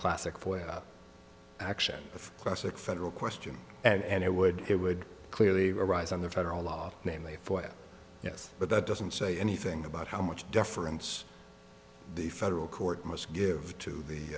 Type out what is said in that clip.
classic for action of classic federal question and it would it would clearly arise on the federal law namely for that yes but that doesn't say anything about how much difference the federal court must give to the